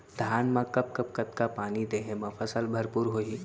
धान मा कब कब कतका पानी देहे मा फसल भरपूर होही?